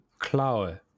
Klaue